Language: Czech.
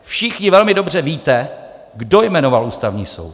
Všichni velmi dobře víte, kdo jmenoval Ústavní soud.